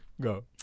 Go